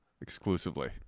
exclusively